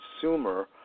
consumer